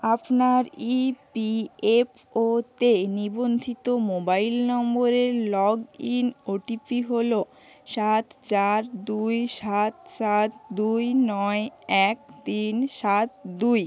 আপনার ইপিএফওতে নিবন্ধিত মোবাইল নম্বরের লগ ইন ওটিপি হলো সাত চার দুই সাত সাত দুই নয় এক তিন সাত দুই